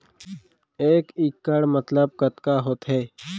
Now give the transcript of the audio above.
एक इक्कड़ मतलब कतका होथे?